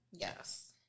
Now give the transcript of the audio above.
Yes